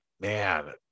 man